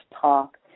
talk